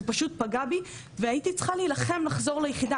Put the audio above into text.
פשוט פגע בי והייתי צריכה להילחם לחזור ליחידה,